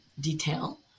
detail